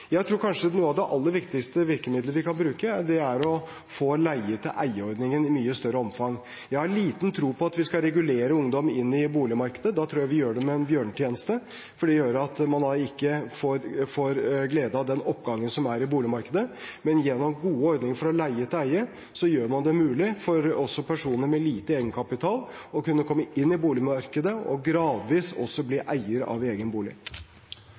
Jeg tror kanskje noe av det aller viktigste virkemidlet vi kan bruke, er å få leie-til-eie-ordningen i mye større omfang. Jeg har liten tro på at vi skal regulere ungdom inn i boligmarkedet. Da tror jeg vi gjør dem en bjørnetjeneste, for det gjør at man ikke får glede av den oppgangen som er i boligmarkedet. Gjennom gode ordninger for eie-til-leie gjør man det mulig også for personer med lite egenkapital å komme inn i boligmarkedet og gradvis også bli eier av egen bolig.